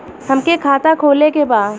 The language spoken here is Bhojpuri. हमके खाता खोले के बा?